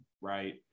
right